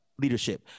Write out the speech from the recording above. leadership